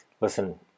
Listen